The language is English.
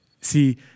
See